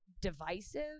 divisive